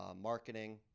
Marketing